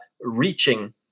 reaching